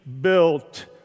Built